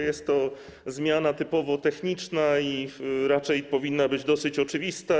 Jest to zmiana typowo techniczna i raczej powinna być dosyć oczywista.